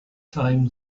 time